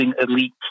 elite